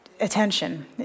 attention